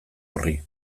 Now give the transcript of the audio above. horri